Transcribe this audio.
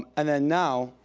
and then now,